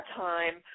time